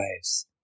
lives